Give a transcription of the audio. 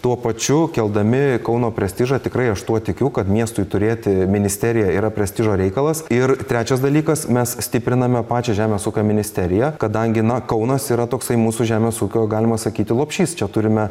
tuo pačiu keldami kauno prestižą tikrai aš tuo tikiu kad miestui turėti ministeriją yra prestižo reikalas ir trečias dalykas mes stipriname pačią žemės ūkio ministeriją kadangi na kaunas yra toksai mūsų žemės ūkio galima sakyti lopšys čia turime